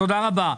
תודה רבה.